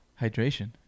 hydration